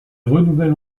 renouvelle